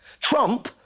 Trump